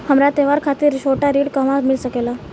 हमरा त्योहार खातिर छोटा ऋण कहवा मिल सकेला?